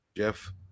Jeff